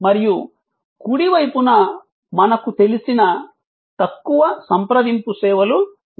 మరియు కుడి వైపున మనకు తెలిసిన తక్కువ సంప్రదింపు సేవలు ఉన్నాయి